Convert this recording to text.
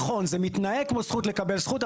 נכון זה מתנהג כמו זכות לקבל זכות,